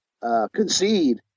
concede